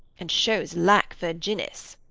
and shews lac virginis.